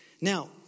Now